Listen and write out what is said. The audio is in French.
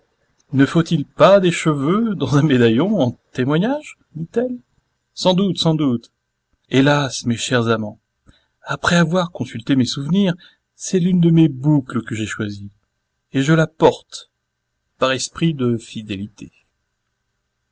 ne faut-il pas des cheveux dans un médaillon en témoignage dit-elle sans doute sans doute hélas mes chers amants après avoir consulté mes souvenirs c'est l'une de mes boucles que j'ai choisie et je la porte par esprit de fidélité